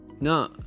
no